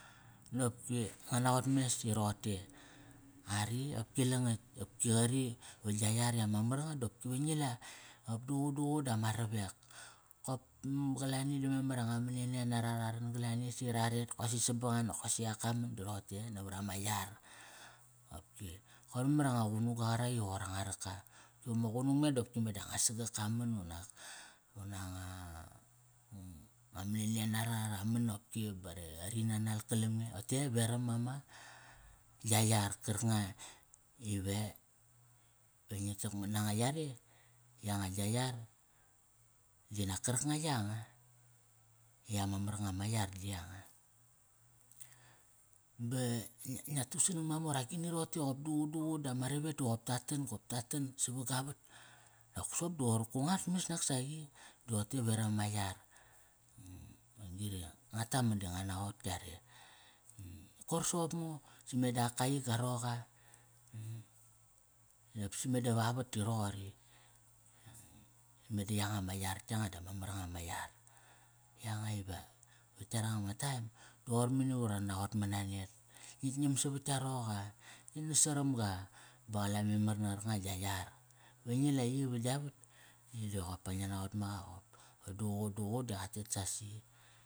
Nopki nga naqot mes ti roqote, ari opki langarttk, opki qari va gia yar i ama mar nga dopki ve ngi la. Qop duququ duququ dama ravek. Qop qalani di memar i anga manania nara, ra ran galani si ra ret kosi sabangang di ak ka man. Di rote e? Navarama yar. Qopki qoir memar i anga qunuga qarak i qoir anga raka, ki va ma qunung me di ol oki meda nga sagak ka man unak anga, nga manania nara ra man opki ba ra, ri nanal kalam nge. Ote veram ama, gia yar karkanga ive, ve ngi takmat nanga yare, yanga gia yar, dinak karkanga yanga, i ama mar nga ma yar di yanga. Ba ngia, ngia ta a sanang mamor agini roqote qop duququ duququ dama ravek da qop ta tan, qop ta tan sava ga vat. Nop soqop di qoir ku ngat mas naksaqi. Di ote veram ama yar. Ungiri ngua taman di ngua naqot yare. Koir soqop ngo, si meda ak kai ga roqa nop si meda va vat ti roqori. Meda yanga ma yar yanga dama mar nga ma yar. Yanga i va, vat yaranga ma taem, di qoir mani va ura naqot mana net. Ngik ngiam savat tka roqa. Ngi nas saram ga. Ba qa la memar na qarkanga gia yar. Va ngi la i va gia vat diqop pa ngia naqot ma qa qop. Duququ duququ di qa tet sasi.